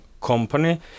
company